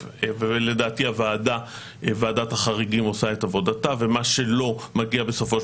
ולדעתי ועדת החריגים עושה את עבודתה ומה שלא - מגיע בסופו של